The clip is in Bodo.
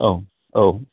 औ औ